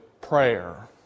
prayer